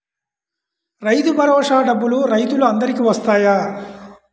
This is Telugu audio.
రైతు భరోసా డబ్బులు రైతులు అందరికి వస్తాయా?